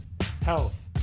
health